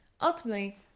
ultimately